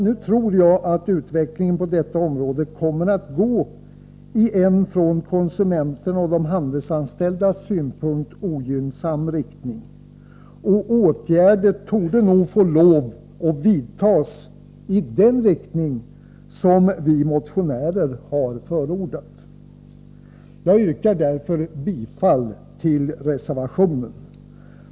Nu tror jag att utvecklingen på detta område kommer att gå i en från konsumenternas och de handelsanställdas synpunkt ogynnsam riktning, och åtgärder torde nog få lov att vidtas i den riktning som vi motionärer har förordat. Jag yrkar därför bifall till reservationen.